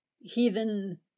heathen